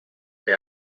per